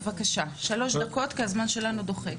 בבקשה, שלוש דקות, כי הזמן שלנו דוחק.